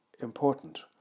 important